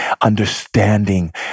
understanding